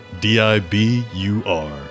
D-I-B-U-R